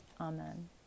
Amen